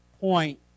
point